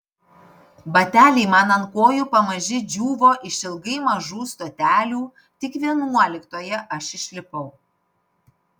bateliai man ant kojų pamaži džiūvo išilgai mažų stotelių tik vienuoliktoje aš išlipau